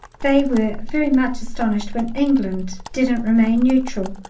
they were very much astonished when england didn't remain neutral!